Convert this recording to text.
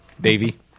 Davey